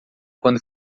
quando